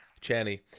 Channy